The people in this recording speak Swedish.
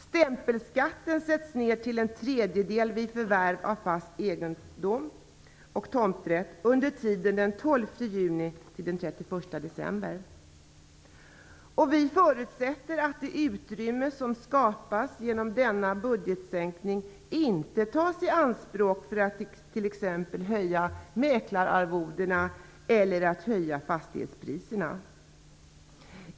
Stämpelskatten sätts ned till en tredjedel vid förvärv av fast egendom och tomträtt under tiden den 12 juni till den 31 december. Vi förutsätter att det utrymme som nu skapas genom denna budgetsänkning inte tas i anspråk för att t.ex. höja mäklararvodena eller fastighetspriserna.